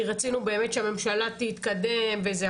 כי רצינו באמת שהממשלה תתקדם וזה.